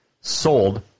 sold